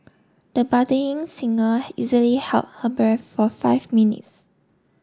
the budding singer easily held her breath for five minutes